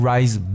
Rise